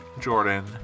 Jordan